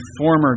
former